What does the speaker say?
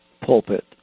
pulpit